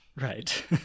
Right